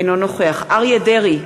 אינו נוכח אריה דרעי,